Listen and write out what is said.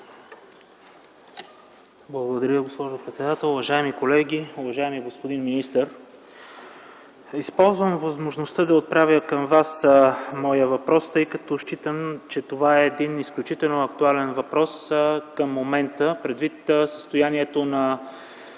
Благодаря Ви, госпожо председател. Уважаеми колеги, уважаеми господин министър! Използвам възможността да отправя към Вас моя въпрос, тъй като считам, че това е един изключително актуален въпрос към момента, предвид състоянието на